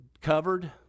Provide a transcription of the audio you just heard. covered